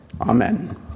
Amen